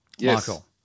Michael